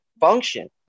function